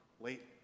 late